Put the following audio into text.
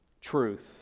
truth